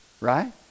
Right